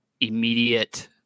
immediate